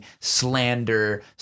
slander